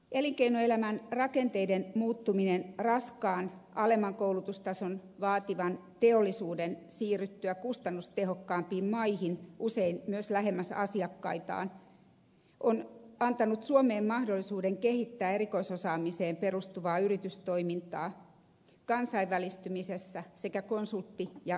elinkeinoelämän rakenteiden muuttuminen raskaan alemman koulutustason vaativan teollisuuden siirryttyä kustannustehokkaampiin maihin usein myös lähemmäs asiakkaitaan on antanut suomeen mahdollisuuden kehittää erikoisosaamiseen perustuvaa yritystoimintaa kansainvälistymisessä sekä konsultti ja kehittämisaloilla